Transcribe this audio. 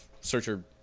searcher